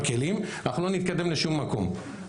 אנחנו לא נתקדם לשום מקום.